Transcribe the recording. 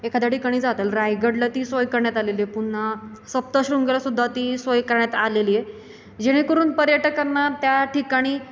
एखाद्या ठिकाणी जाता येईल रायगडला ती सोय करण्यात आलेली आहे पुन्हा सप्तशृंगेलासुद्धा ती सोय करण्यात आलेली आहे जेणेकरून पर्यटकांना त्या ठिकाणी